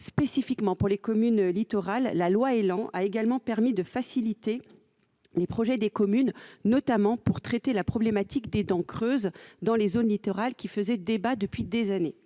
spécifiquement les communes littorales, la loi ÉLAN a également permis de faciliter les projets des communes, s'agissant notamment de traiter la problématique des « dents creuses » dans les zones littorales, qui faisait débat depuis des années.